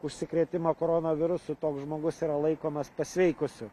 užsikrėtimą koronavirusu toks žmogus yra laikomas pasveikusiu